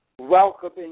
Welcoming